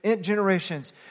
generations